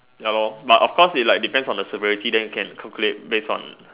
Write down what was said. ya lor but of course it depends on the severity then you can calculate based on